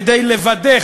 כדי לוודא,